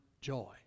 joy